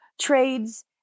trades